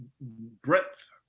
breadth